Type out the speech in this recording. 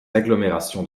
agglomérations